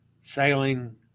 sailing